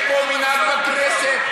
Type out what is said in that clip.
יש פה מנהג בכנסת,